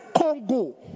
Congo